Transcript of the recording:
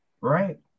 right